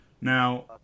Now